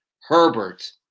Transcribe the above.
Herbert